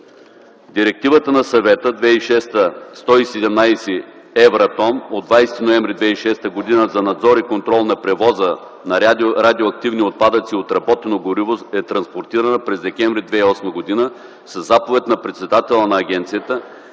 Директивата на Съвета 2006/117/ Евратом от 20 ноември 2006 г. за надзор и контрол на превоза на радиоактивни отпадъци и отработено гориво е транспонирана през декември 2008 г. със заповед на председателя на агенцията,